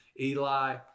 Eli